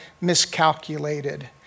miscalculated